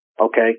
okay